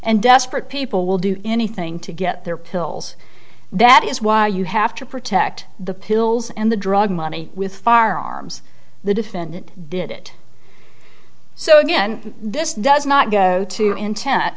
and desperate people will do anything to get their pills that is why you have to protect the pills and the drug money with firearms the defendant did it so again this does not go to